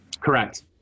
Correct